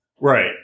Right